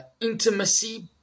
intimacy